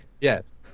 Yes